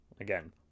Again